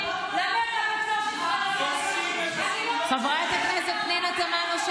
למה ילדה בת 13 לא יכולה